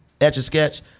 Etch-A-Sketch